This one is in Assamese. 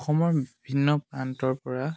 অসমৰ বিভিন্ন প্ৰান্তৰ পৰা